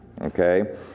okay